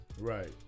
right